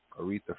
aretha